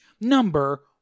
number